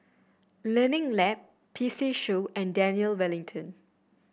Learning Lab P C Show and Daniel Wellington